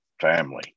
family